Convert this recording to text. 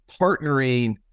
partnering